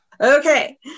Okay